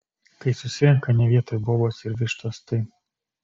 kai susirenka ne vietoj bobos ir vištos tai